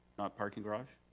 parking garage.